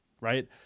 right